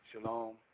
Shalom